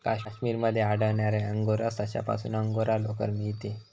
काश्मीर मध्ये आढळणाऱ्या अंगोरा सशापासून अंगोरा लोकर मिळते